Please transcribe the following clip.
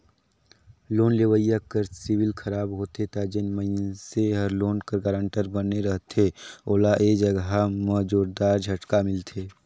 loan लेवइया कर CIBIL खराब होथे ता जेन मइनसे हर लोन कर गारंटर बने रहथे ओला ए जगहा में जोरदार झटका मिलथे